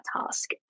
task